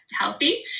healthy